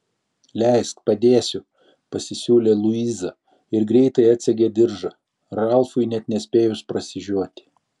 leisk padėsiu pasisiūlė luiza ir greitai atsegė diržą ralfui net nespėjus prasižioti